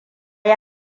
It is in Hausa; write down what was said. yi